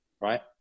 right